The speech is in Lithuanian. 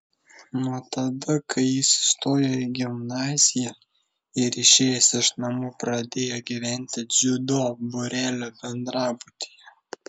nuo tada kai jis įstojo į gimnaziją ir išėjęs iš namų pradėjo gyventi dziudo būrelio bendrabutyje